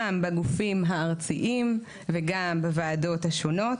גם בגופים הארציים וגם בוועדות השונות,